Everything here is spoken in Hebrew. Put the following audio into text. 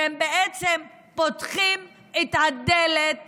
שהם בעצם פותחים את הדלת